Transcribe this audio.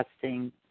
testing